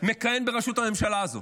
מכהן בראשות הממשלה הזו,